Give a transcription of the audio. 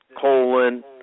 colon